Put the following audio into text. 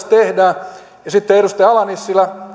tehdään edustaja ala nissilä